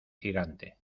gigante